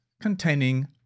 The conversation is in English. containing